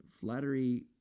flattery